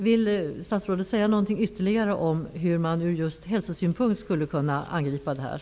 Vill statsrådet säga något ytterligare om hur man från just hälsosynpunkt skulle kunna angripa problemet?